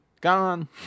gone